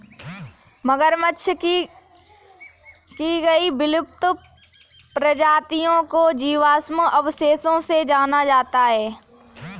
मगरमच्छ की कई विलुप्त प्रजातियों को जीवाश्म अवशेषों से जाना जाता है